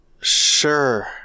sure